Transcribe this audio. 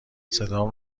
صدام